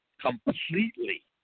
completely